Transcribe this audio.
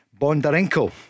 Bondarenko